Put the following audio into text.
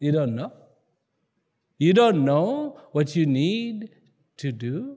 you don't know you don't know what you need to do